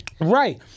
Right